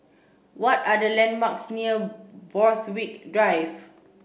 what are the landmarks near Borthwick Drive